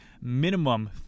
minimum